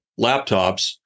laptops